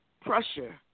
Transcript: pressure